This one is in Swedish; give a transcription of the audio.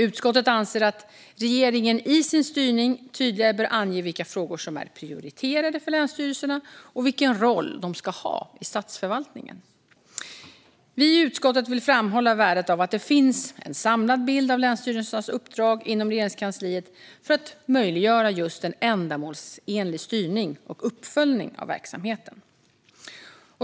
Utskottet anser att regeringen i sin styrning tydligare bör ange vilka frågor som är prioriterade för länsstyrelserna och vilken roll de ska ha i statsförvaltningen. Vi i utskottet vill framhålla värdet av att det finns en samlad bild av länsstyrelsernas uppdrag inom Regeringskansliet för att möjliggöra just en ändamålsenlig styrning och uppföljning av verksamheten.